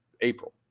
April